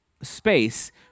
space